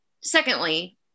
Secondly